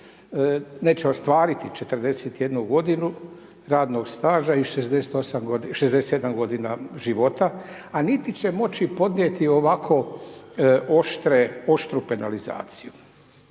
neće ostvariti 41 g. radnog staža i 67 g. života, a niti će moći podnijeti ovako oštru penalizaciju.